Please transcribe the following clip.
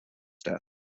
death